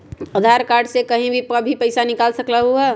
आधार card से कहीं भी कभी पईसा निकाल सकलहु ह?